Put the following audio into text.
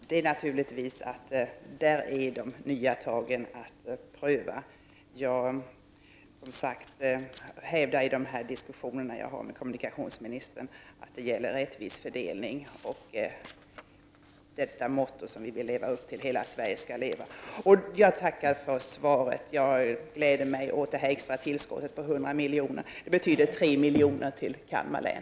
Fru talman! I den frågan skall naturligtvis de nya tagen prövas. I mina diskussioner med kommunikationsministern hävdar jag att detta är en fråga om rättvis fördelning och det motto som vi skall leva upp till, nämligen Hela Sverige skall leva. Jag tackar för svaret. Jag gläder mig åt det extra tillskottet om 100 miljoner. Det betyder 3 miljoner till Kalmar län.